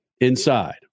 inside